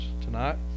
tonight